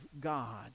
God